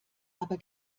aber